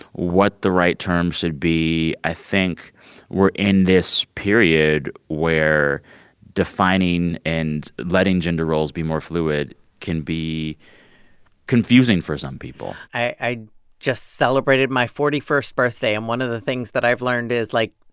what the right term should be. i think we're in this period where defining and letting gender roles be more fluid can be confusing for some people i just celebrated my forty first birthday. and one of the things that i've learned is, like,